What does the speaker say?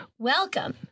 Welcome